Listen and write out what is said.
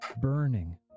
burning